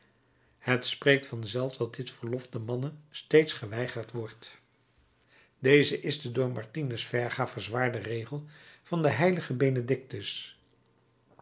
het spreekt vanzelf dat dit verlof den mannen steeds geweigerd wordt deze is de door martinus verga verzwaarde regel van den h benedictus